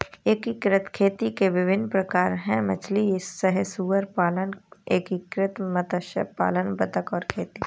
एकीकृत खेती के विभिन्न प्रकार हैं मछली सह सुअर पालन, एकीकृत मत्स्य पालन बतख और खेती